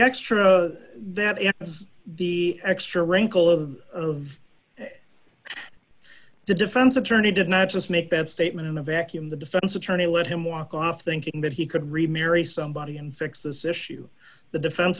extra that is the extra wrinkle of of the defense attorney did not just make that statement in a vacuum the defense attorney let him walk off thinking that he could remarry somebody and fix this issue the defen